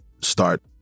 start